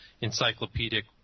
encyclopedic